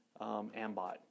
ambot